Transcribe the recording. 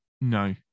no